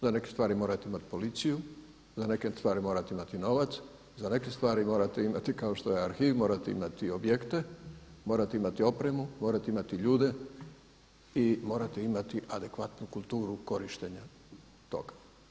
Za neke stvari morate imati policiju, za neke stvari morate imati novac, za neke stvari imati kao što je arhiv, morate imati objekte, morate imati opremu, morate imati ljude i morate imati adekvatnu kulturu korištenja toga.